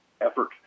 effort